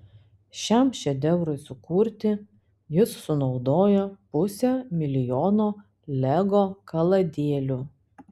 šiam šedevrui sukurti jis sunaudojo pusę milijono lego kaladėlių